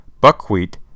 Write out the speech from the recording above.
buckwheat